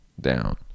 down